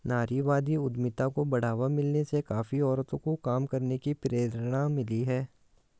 नारीवादी उद्यमिता को बढ़ावा मिलने से काफी औरतों को काम करने की प्रेरणा मिली है